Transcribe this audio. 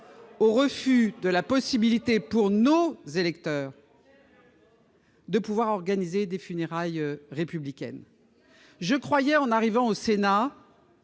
au refus de la possibilité pour nous électeurs. De pouvoir organiser des funérailles républicaine je croyais en arrivant au Sénat